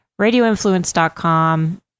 RadioInfluence.com